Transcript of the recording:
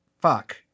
fuck